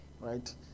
right